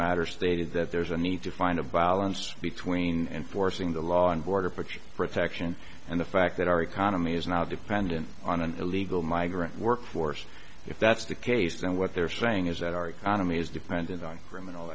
matters stated that there's a need to find a balance between enforcing the law and border protection protection and the fact that our economy is not dependent on an illegal migrant workforce if that's the case and what they're saying is that our economy is dependent on criminal